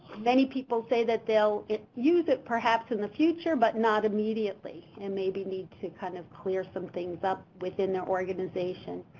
many people say that they'll use it perhaps in the future, but not immediately and maybe need to kind of clear some things up within their organization.